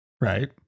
right